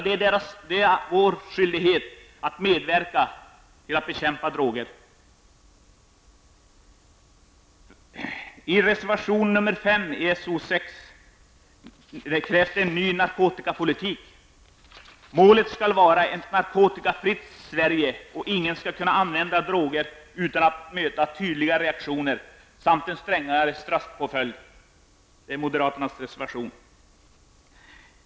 Det är vår skyldighet att medverka till att bekämpa droger. I reservation nr 5 till SoU6 kräver moderaterna en ny narkotikapolitik. Målet skall vara ett narkotikafritt Sverige, och ingen skall kunna använda droger utan att möta tydliga reaktioner samt en strängare straffpåföljd.